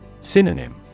Synonym